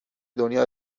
دنیا